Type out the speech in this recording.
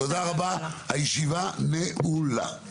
תודה רבה הישיבה נעולה.